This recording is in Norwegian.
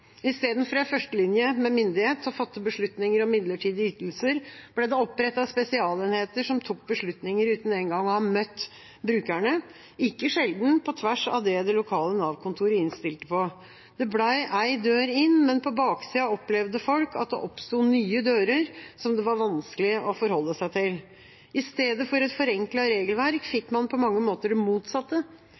I stedet for en førstelinje med myndighet til å fatte beslutninger om midlertidig ytelser, ble det opprettet spesialenheter som tok beslutninger uten engang å ha møtt brukerne – ikke sjelden på tvers av det som det lokale Nav-kontoret innstilte på. Det ble én dør inn, men på baksida opplevde folk at det oppsto nye dører som det var vanskelig å forholde seg til. I stedet for et forenklet regelverk fikk man på mange måter det motsatte